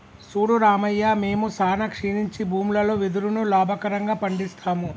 సూడు రామయ్య మేము సానా క్షీణించి భూములలో వెదురును లాభకరంగా పండిస్తాము